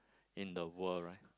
in the world right